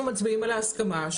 אנחנו מצביעים על ההסכמה.